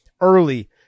early